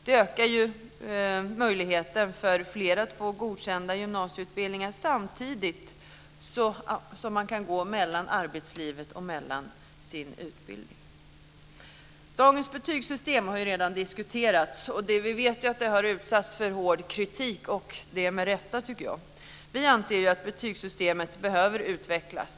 Det ökar möjligheten för fler att bli godkända på gymnasieutbildningen samtidigt som man kan gå mellan arbetslivet och sin utbildning. Dagens betygssystem har redan diskuterats. Vi vet att det har utsatts för hård kritik - med rätta, tycker jag. Vi anser att betygssystemet behöver utvecklas.